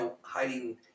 hiding